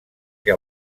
que